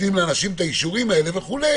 נותנים לאנשים את האישורים האלה וכו',